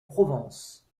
provence